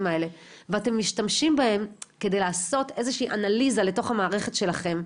האלה ואתם משתמשים בהם כדי לעשות איזושהי אנליזה לתוך המערכת שלכם,